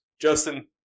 Justin